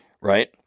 right